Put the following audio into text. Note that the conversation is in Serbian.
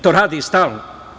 To radi stalno.